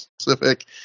specific